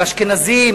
על אשכנזים?